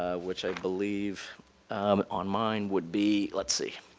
ah which i believe on mine would be let's see.